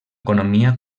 economia